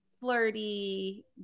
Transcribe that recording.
flirty